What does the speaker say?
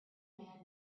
man